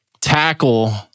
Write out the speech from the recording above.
tackle